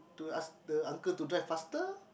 to ask the uncle to drive faster